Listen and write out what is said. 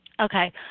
Okay